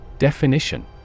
Definition